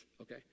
Okay